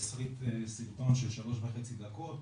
והסריט סרטון של שלש וחצי דקות,